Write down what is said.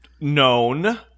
known